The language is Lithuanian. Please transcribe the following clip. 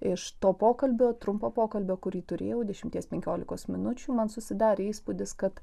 iš to pokalbio trumpo pokalbio kurį turėjau dešimties penkiolikos minučių man susidarė įspūdis kad